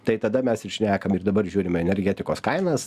tai tada mes ir šnekam ir dabar žiūrime energetikos kainas